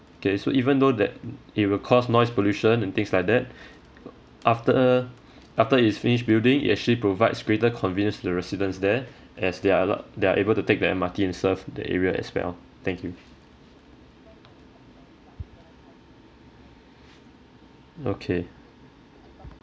okay so even though that it will cause noise pollution and things like that after after it is finished building it actually provides greater convenience to the residents there as they're allowed they're able to take the M_R_T and serve the area as well thank you okay